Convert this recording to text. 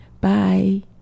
Bye